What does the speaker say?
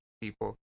people